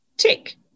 tick